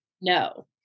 No